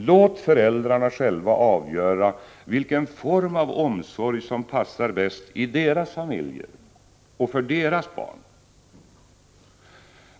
Låt föräldrarna själva avgöra vilken form av omsorg som passar bäst i deras familjer och för deras barn.